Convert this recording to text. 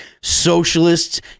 socialists